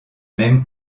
même